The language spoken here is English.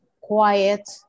Quiet